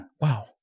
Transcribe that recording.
wow